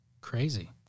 Crazy